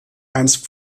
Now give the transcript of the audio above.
einst